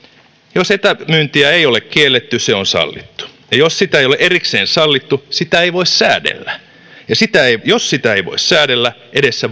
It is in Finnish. jos etämyyntiä ei ole kielletty se on sallittu ja jos sitä ei ole erikseen sallittu sitä ei voi säädellä ja jos sitä ei voi säädellä edessä